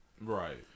Right